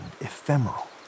ephemeral